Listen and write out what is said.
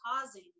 causing